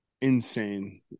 insane